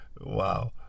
Wow